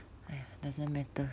!aiya! doesn't matter